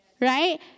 Right